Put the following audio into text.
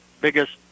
biggest